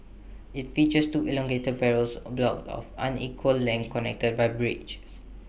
IT features two elongated parachute blocks of unequal length connected by bridges